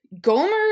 Gomer